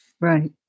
Right